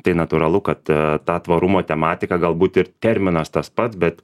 tai natūralu kad ta tvarumo tematika galbūt ir terminas tas pats bet